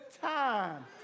time